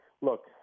Look